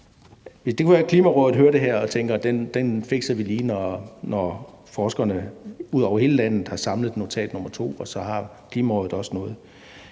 det kunne jo være, at f.eks. Klimarådet hører det her og tænker: Den fikser vi lige, når forskerne ud over hele landet har samlet notat nr. 2. Og så har Klimarådet også noget.